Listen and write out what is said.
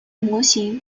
模型